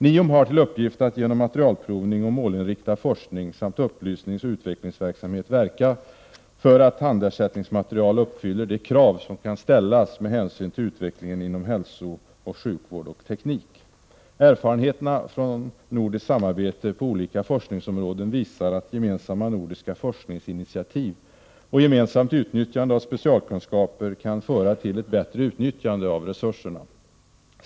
NIOM har till uppgift att genom materialprovning och målinriktad forskning samt upplysningsoch utvecklingsverksamhet verka för att tandersättningsmaterial uppfyller de krav som kan ställas med hänsyn till utvecklingen inom hälsooch sjukvård och teknik. Erfarenheterna av nordiskt samarbete på olika forskningsområden visar att gemensamma nordiska forskningsinitiativ och gemensamt utnyttjande av specialkunskaper kan leda till ett bättre utnyttjande av resurserna.